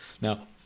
Now